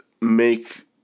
make